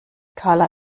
karla